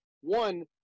one